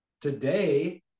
today